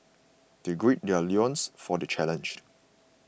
they gird their loins for the challenge